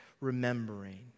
remembering